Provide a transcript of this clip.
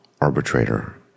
arbitrator